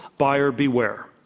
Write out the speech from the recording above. buyer beware.